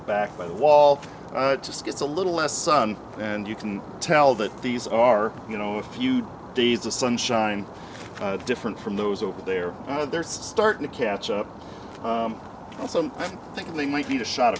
of backed by the wall just gets a little less sun and you can tell that these are you know a few days of sunshine different from those over there oh they're starting to catch up so i'm thinking they might need a shot